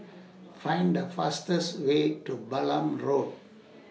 Find The fastest Way to Balam Road